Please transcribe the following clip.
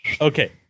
Okay